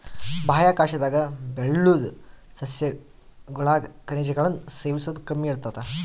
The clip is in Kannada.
ಬಾಹ್ಯಾಕಾಶದಾಗ ಬೆಳುದ್ ಸಸ್ಯಗುಳಾಗ ಖನಿಜಗುಳ್ನ ಸೇವಿಸೋದು ಕಮ್ಮಿ ಇರ್ತತೆ